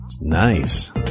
Nice